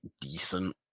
decent